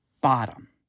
bottom